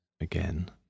again